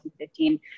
2015